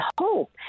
hope